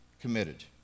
committed